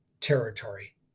territory